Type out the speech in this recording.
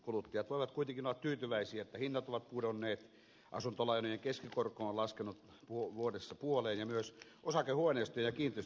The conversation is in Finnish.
kuluttajat voivat kuitenkin olla tyytyväisiä että hinnat ovat pudonneet asuntolainojen keskikorko on laskenut vuodessa puoleen ja myös osakehuoneistojen ja kiinteistöjen hinnat ovat laskeneet